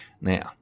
Now